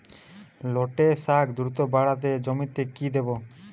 লটে শাখ দ্রুত বাড়াতে জমিতে কি দেবো?